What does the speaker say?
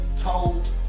told